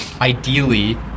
Ideally